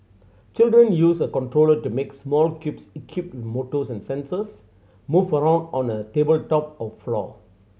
children use a controller to make small cubes equipped motors and sensors move around on a tabletop or floor